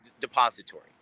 depository